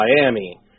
Miami